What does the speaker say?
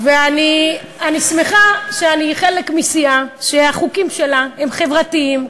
אני שמחה שאני חלק מסיעה שהחוקים שלה הם חברתיים,